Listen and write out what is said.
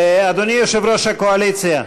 אדוני יושב-ראש הקואליציה,